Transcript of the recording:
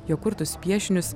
jo kurtus piešinius